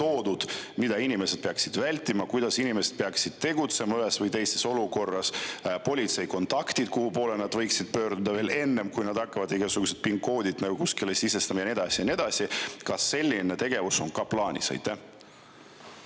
toodud, mida inimesed peaksid vältima, kuidas inimesed peaksid tegutsema ühes või teises olukorras, politsei kontaktid, kuhu nad võiksid pöörduda veel enne, kui nad hakkavad igasuguseid PIN-koode kuskile sisestama ja nii edasi ja nii edasi. Kas selline tegevus on ka plaanis? Aitäh,